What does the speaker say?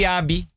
abi